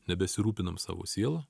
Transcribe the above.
nebesirūpinam savo siela